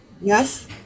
Yes